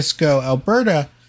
Alberta